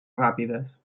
ràpides